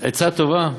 עצה טובה,